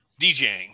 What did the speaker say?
DJing